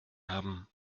haben